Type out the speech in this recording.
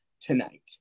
tonight